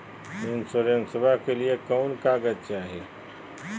इंसोरेंसबा के लिए कौन कागज चाही?